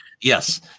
Yes